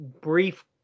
brief